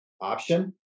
option